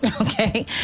okay